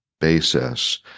basis